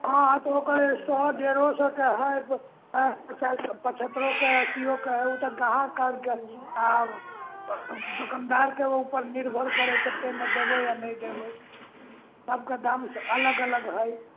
हँ तऽ ओ कनि सओ डेढ़ो सओके हइ पचास पछत्तिरिओके अस्सिओके हइ तऽ गाहक आओर दोकनदारके उपर निर्भर करै छै कतेकमे देबै आओर नहि देबै सबके दाम तऽ अलग अलग हइ